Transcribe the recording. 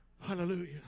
Hallelujah